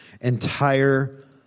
entire